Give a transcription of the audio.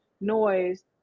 noise